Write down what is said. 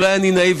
אולי אני נאיבי.